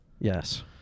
Yes